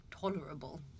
tolerable